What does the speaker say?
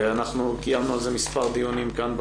אנחנו קיימנו על זה מספר דיונים כאן,